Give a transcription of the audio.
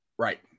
Right